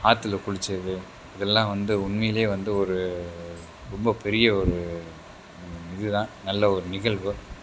ஆற்றுல குளித்தது இதெல்லாம் வந்து உண்மையிலேயே வந்து ஒரு ரொம்ப பெரிய ஒரு இதுதான் நல்ல ஒரு நிகழ்வு